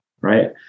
right